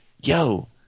Yo